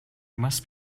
must